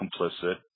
complicit